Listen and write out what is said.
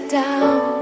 down